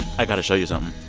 i got to show you so um